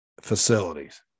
facilities